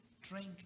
drink